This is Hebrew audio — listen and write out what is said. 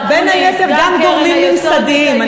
זה בין היתר גם גורמים ממסדיים,